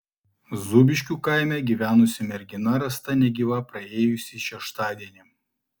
zūbiškių kaime gyvenusi mergina rasta negyva praėjusį šeštadienį